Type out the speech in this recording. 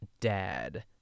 dad